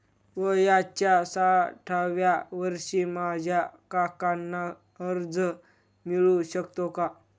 वयाच्या साठाव्या वर्षी माझ्या काकांना कर्ज मिळू शकतो का?